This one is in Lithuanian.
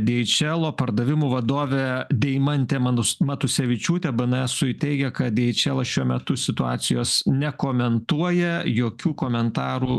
dieičelo pardavimų vadovė deimantė manu matusevičiūtė bėenesui teigia kad dieičelas šiuo metu situacijos nekomentuoja jokių komentarų